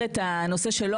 נגיע לזה.